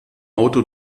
auto